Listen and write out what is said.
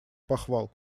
похвал